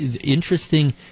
interesting